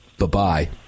bye-bye